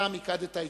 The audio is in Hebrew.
אתה מיקדת התייחסות,